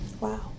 Wow